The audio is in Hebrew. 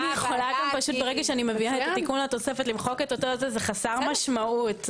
אני יכולה ברגע שאני מביאה את התיקון לתוספת למחוק - זה חסר משמעות.